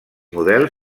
model